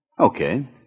Okay